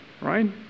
right